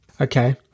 Okay